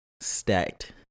Stacked